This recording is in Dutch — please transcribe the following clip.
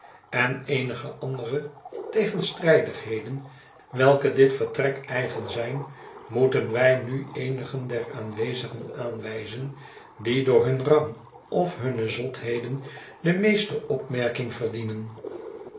en eenige andere tegenstrijdigheden welke dit vertrek eigen zijn moeten wij u eenigen der aanwezigen aanwijzen die door hun rang of hunne zotheden de meeste opmerking verdienen